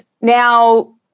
now